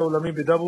הצלה",